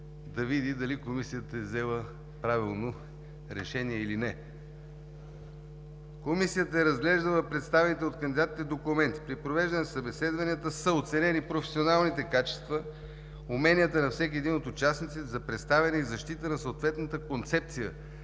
Комисията е разглеждала представените от кандидатите документи. При провеждането на събеседванията са оценени професионалните качества, уменията на всеки един от участниците за представяне и защита на съответната концепция